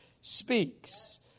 speaks